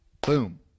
Boom